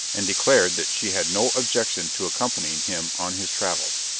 and declared that she had no objection to accompanying him on his travels.